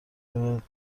رود